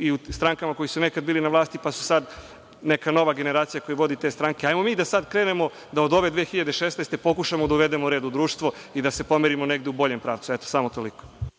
i u strankama koje su nekada bile na vlasti, pa su sada neka nova generacija koja vodi te stranke. Hajde sada da krenemo da od ove 2016. godine pokušamo da uvedemo red u društvo i da se pomerimo negde u boljem pravcu. Samo toliko.